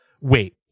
wait